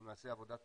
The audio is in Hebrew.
אם נעשה עבודה טובה,